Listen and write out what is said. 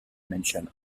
mention